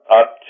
up